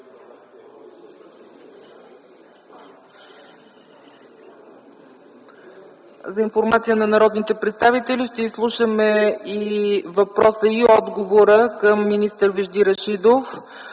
За информация на народните представители – ще изслушаме въпроса и отговора към министър Вежди Рашидов.